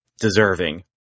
deserving